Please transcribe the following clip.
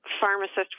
pharmacist